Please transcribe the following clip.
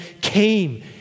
came